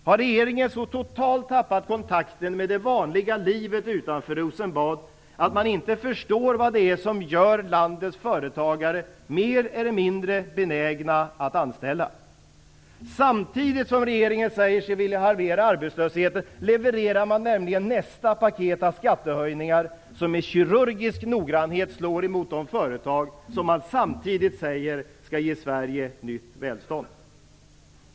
Har regeringen så totalt tappat kontakten med det vanliga livet utanför Rosenbad att man inte förstår vad det är som gör landets företagare mer eller mindre benägna att anställa? Samtidigt som regeringen säger sig vilja halvera arbetslösheten levererar man nämligen nästa paket av skattehöjningar som med kirurgisk noggrannhet slår mot de företag som man samtidigt säger skall ge Sverige nytt välstånd.